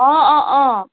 অঁ অঁ অঁ